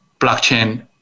blockchain